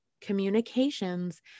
communications